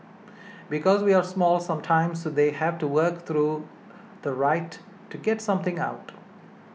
because we are small sometimes they have to work through the right to get something out